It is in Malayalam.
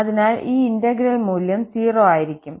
അതിനാൽ ഈ ഇന്റഗ്രൽ മൂല്യം 0 ആയിരിക്കും